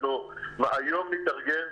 היום נתארגן,